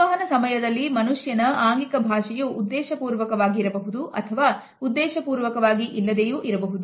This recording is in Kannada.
ಸಂವಹನ ಸಮಯದಲ್ಲಿ ಮನುಷ್ಯನ ಆಂಗಿಕ ಭಾಷೆಯು ಉದ್ದೇಶಪೂರ್ವಕವಾಗಿ ಇರಬಹುದು ಅಥವಾ ಉದ್ದೇಶಪೂರ್ವಕವಾಗಿ ಇಲ್ಲದೆಯೂ ಇರಬಹುದು